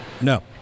No